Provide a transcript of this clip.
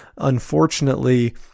Unfortunately